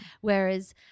whereas